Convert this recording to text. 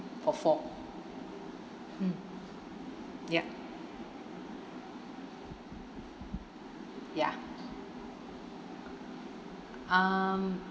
for four mm yup ya um